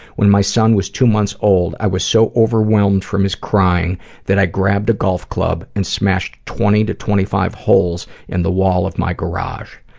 when my son was two months old, i was so overwhelmed from his crying that i grabbed a golf club and smashed twenty twenty five holes in the wall of my garage.